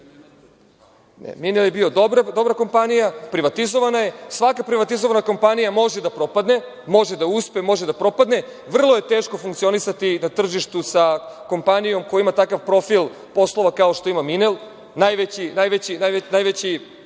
je bila dobra kompanija, privatizovana je. Svaka privatizovana kompanija može da propadne, može da uspe, može da propadne. Vrlo je teško funkcionisati na tržištu sa kompanijom koja ima takav profil poslova kao što ima „Minel“, najveći kupac